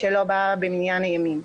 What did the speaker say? שלא באה במניין הימים.